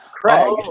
Craig